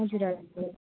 हजुर हजुर